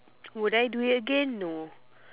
would I do it again no